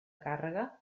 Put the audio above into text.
càrrega